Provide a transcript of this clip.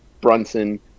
Brunson